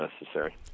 necessary